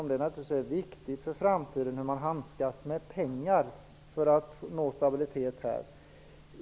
Det är naturligtvis viktigt för framtiden hur man handskas med pengar för att nå stabilitet.